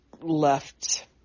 left